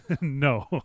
No